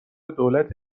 دولت